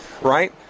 right